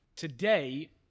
Today